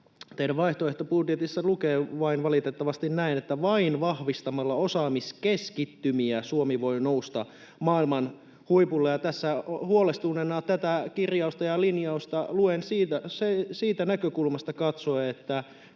teidän vaihtoehtobudjetissanne lukee vain valitettavasti näin, että vain vahvistamalla osaamiskeskittymiä Suomi voi nousta maailman huipulle. Tässä huolestuneena tätä kirjausta ja linjausta luen siitä näkökulmasta katsoen, että